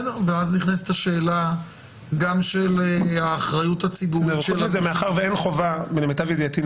ואז נכנסת השאלה גם של האחריות הציבורית -- למיטב ידיעתי,